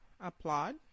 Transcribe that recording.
Applaud